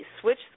switch